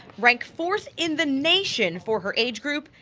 ranked fourth in the nation for her age group,